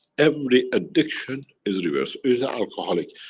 every addiction is reversible, is a alcoholic.